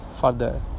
further